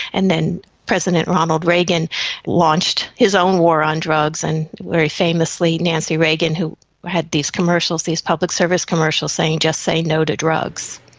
and then president ronald reagan launched his own war on drugs and very famously nancy reagan, who had these commercials, these public service commercials saying just say no to drugs.